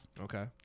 Okay